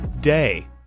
day